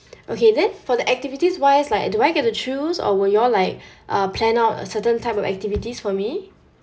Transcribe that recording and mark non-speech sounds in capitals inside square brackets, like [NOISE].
okay then for the activities wise like do I get to choose or will you all like [BREATH] uh plan out a certain type of activities for me